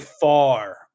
far